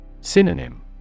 Synonym